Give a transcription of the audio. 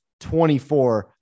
24